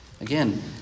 Again